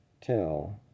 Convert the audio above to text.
tell